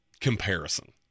Comparison